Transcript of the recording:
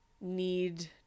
need